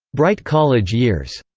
bright college years,